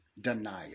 denial